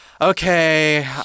Okay